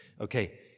Okay